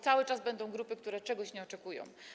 Cały czas będą grupy, które czegoś oczekują.